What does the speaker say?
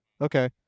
Okay